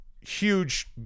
huge